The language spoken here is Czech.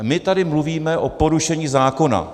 My tady mluvíme o porušení zákona.